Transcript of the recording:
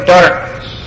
darkness